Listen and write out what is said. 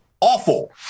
awful